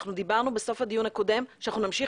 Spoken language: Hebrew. אנחנו דיברנו בסוף הדיון הקודם על כך שאנחנו נמשיך